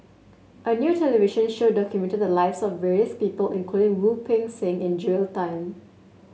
a new television show documented the lives of various people including Wu Peng Seng and Joel Tan